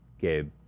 Gabe